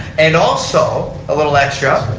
and also a little extra.